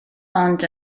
ond